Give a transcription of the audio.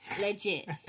legit